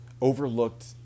overlooked